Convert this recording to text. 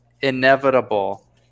inevitable